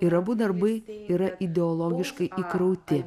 ir abu darbai yra ideologiškai įkrauti